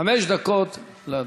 חמש דקות לאדוני.